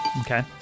Okay